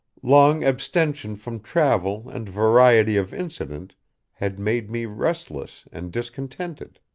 long abstention from travel and variety of incident had made me restless and discontented.